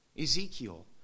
Ezekiel